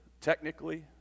technically